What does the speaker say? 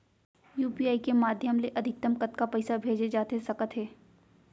UPI के माधयम ले अधिकतम कतका पइसा भेजे जाथे सकत हे?